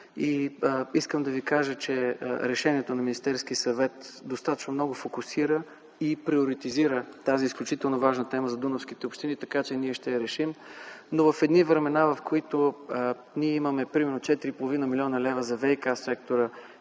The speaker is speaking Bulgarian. Искам да Ви кажа, че решението на Министерския съвет достатъчно много фокусира и приоритизира тази изключително важна тема за дунавските общини, така че ние ще я решим. Но в едни времена, в които имаме примерно 4,5 млн. лв. за ВиК сектора,